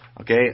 okay